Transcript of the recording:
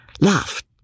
Laughed